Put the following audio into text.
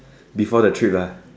before the trip